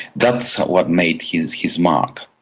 that's what made his his mark.